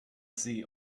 sie